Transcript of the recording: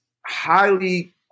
highly